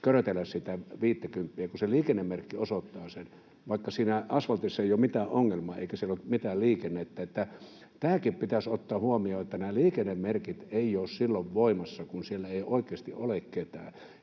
körötellä sitä viittäkymppiä, kun se liikennemerkki osoittaa sen, vaikka siinä asfaltissa ei ole mitään ongelmaa eikä siellä ole mitään liikennettä. Tämäkin pitäisi ottaa huomioon, että nämä liikennemerkit eivät ole silloin voimassa, kun siellä ei oikeasti ole ketään.